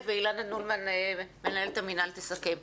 אני מלווה צעירות חסרות עורף משפחתי,